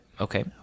Okay